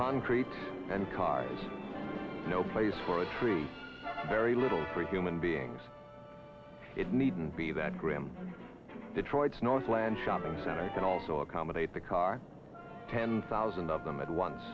concrete and cars no place for a tree very little for human beings it needn't be that grim detroit's northland shopping center can also accommodate the car ten thousand of them at once